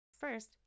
First